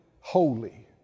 holy